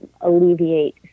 alleviate